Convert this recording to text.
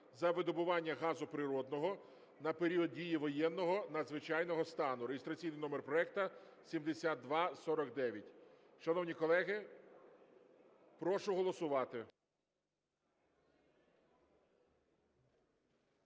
за видобування газу природного на період дії воєнного, надзвичайного стану (реєстраційний номер проекту 7249). Шановні колеги, прошу голосувати.